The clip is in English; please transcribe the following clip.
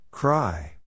Cry